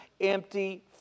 empty